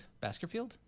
Baskerville